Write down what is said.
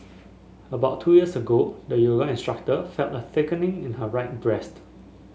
about two years ago the yoga instructor felt a thickening in her right breast